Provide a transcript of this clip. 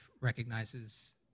recognizes